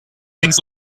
things